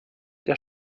der